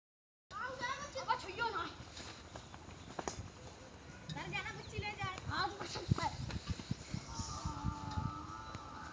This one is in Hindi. खाता खोलने के कितनी दिनो बाद पासबुक मिल जाएगी?